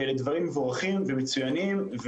ואלה דברים מבורכים ומצוינים,